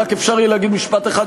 חבר הכנסת פריג',